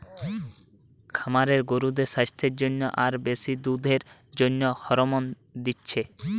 খামারে গরুদের সাস্থের জন্যে আর বেশি দুধের জন্যে হরমোন দিচ্ছে